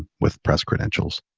with press credentials.